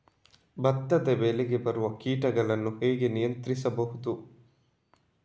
ಭತ್ತದ ಬೆಳೆಗೆ ಬರುವ ಕೀಟಗಳನ್ನು ಹೇಗೆ ನಿಯಂತ್ರಿಸಬಹುದು?